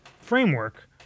framework